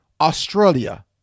Australia